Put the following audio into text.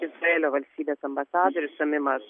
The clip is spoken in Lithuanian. izraelio valstybės ambasadorius sumimas